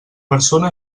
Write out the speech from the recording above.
persona